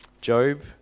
Job